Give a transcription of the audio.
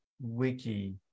wiki